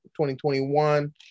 2021